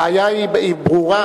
הבעיה ברורה.